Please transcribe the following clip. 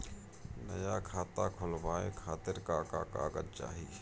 नया खाता खुलवाए खातिर का का कागज चाहीं?